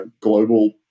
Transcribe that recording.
global